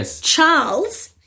Charles